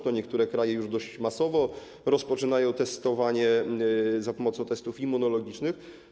Niektóre kraje już dość masowo rozpoczynają testowanie za pomocą testów immunologicznych.